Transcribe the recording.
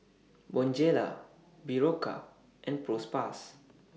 Bonjela Berocca and Propass